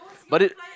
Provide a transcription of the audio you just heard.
but then